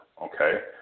Okay